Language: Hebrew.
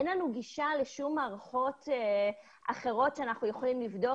אין לנו גישה למערכות אחרות שאנחנו יכולים לבדוק